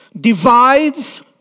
divides